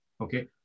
okay